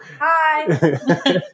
Hi